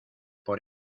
por